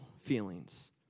feelings